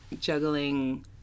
juggling